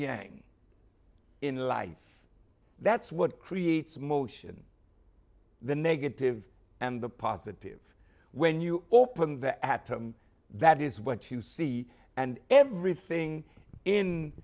yang in life that's what creates motion the negative and the positive when you open the atom that is what you see and everything in